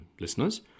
listeners